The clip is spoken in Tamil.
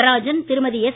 நடராஜன் திருமதி எஸ்